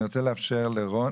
אני רוצה לאפשר לרון